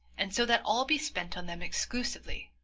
and so that all be spent on them exclusively,